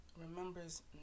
remembers